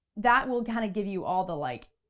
that will kinda give you all the like,